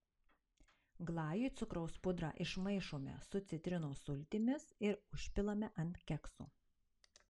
glajui cukraus pudrą išmaišome su citrinos sultimis ir užpilame ant kekso